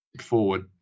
forward